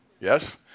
yes